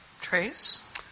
Trace